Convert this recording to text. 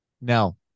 now